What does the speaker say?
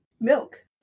milk